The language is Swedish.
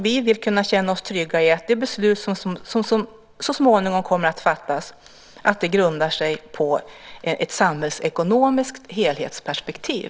Vi vill kunna känna oss trygga i att det beslut som så småningom kommer att fattas grundar sig på ett samhällsekonomiskt helhetsperspektiv.